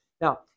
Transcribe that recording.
Now